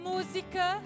Música